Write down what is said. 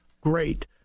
great